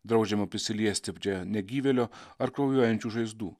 draudžiama prisiliesti prie negyvėlio ar kraujuojančių žaizdų